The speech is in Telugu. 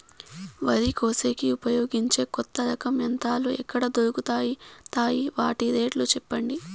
వరి కోసేకి ఉపయోగించే కొత్త రకం యంత్రాలు ఎక్కడ దొరుకుతాయి తాయి? వాటి రేట్లు చెప్పండి?